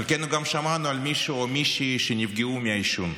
חלקנו גם שמענו על מישהו או מישהי שנפגעו מהעישון.